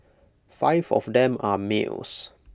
five of them are males